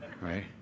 Right